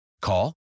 Call